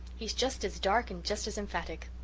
he's just as dark and just as emphatic.